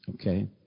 Okay